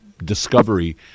discovery